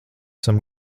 esam